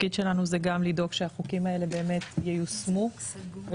חודשים העברנו את החוק לשלילת אזרחות וגירוש מחבלים